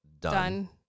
Done